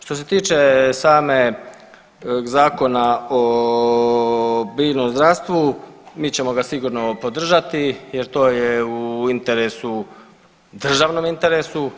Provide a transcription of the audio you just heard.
Što se tiče samog Zakona o biljnom zdravstvu mi ćemo ga sigurno podržati jer to je u interesu, državnom interesu.